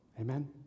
Amen